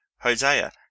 hosea